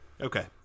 Okay